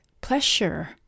pleasure